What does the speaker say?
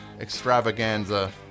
extravaganza